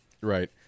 Right